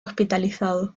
hospitalizado